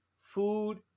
food